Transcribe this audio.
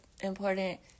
important